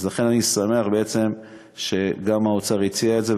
אז לכן אני שמח שגם האוצר הציע את זה,